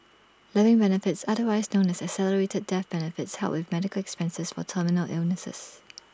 living benefits otherwise known as accelerated death benefits help with medical expenses for terminal illnesses